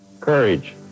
Courage